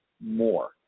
more